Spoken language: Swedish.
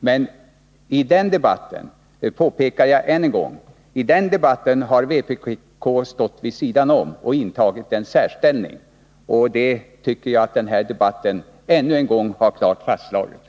Men i den debatten — det påpekar jag än en gång — har vpk stått vid sidan om och intagit en särställning. Det tycker jag att denna debatt klart har fastslagit ännu en gång.